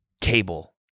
cable